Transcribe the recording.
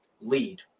lead